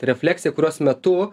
refleksija kurios metu